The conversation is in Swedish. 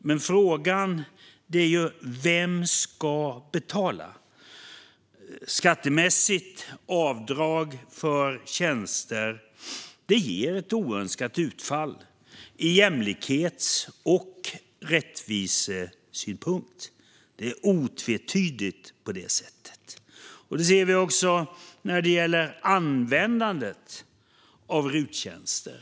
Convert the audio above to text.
Men frågan är: Vem ska betala? Skattemässigt avdrag för tjänster ger ett oönskat utfall ur jämlikhets och rättvisesynpunkt. Det är otvetydigt på det sättet. Vi ser det också när det gäller användandet av RUT-tjänster.